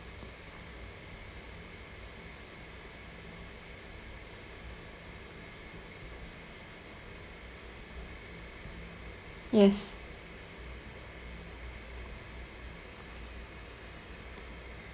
yes